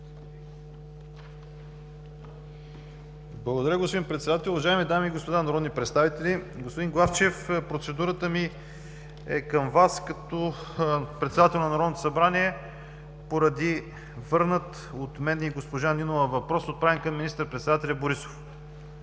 Благодаря Ви, господин Председател. Уважаеми дами и господа народни представители! Господин Главчев, процедурата ми е към Вас, като председател на Народното събрание – поради върнат от мен и госпожа Нинова въпрос, отправен към министър-председателя Борисов.